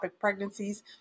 pregnancies